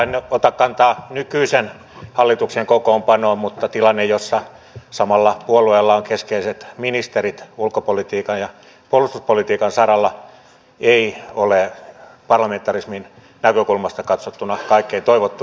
en ota kantaa nykyisen hallituksen kokoonpanoon mutta tilanne jossa samalla puolueella on keskeiset ministerit ulkopolitiikan ja puolustuspolitiikan saralla ei ole parlamentarismin näkökulmasta katsottuna kaikkein toivottavin tila